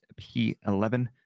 P11